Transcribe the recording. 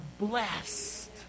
blessed